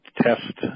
test